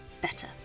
better